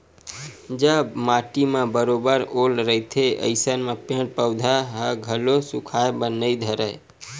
जब माटी म बरोबर ओल रहिथे अइसन म पेड़ पउधा ह घलो सुखाय बर नइ धरय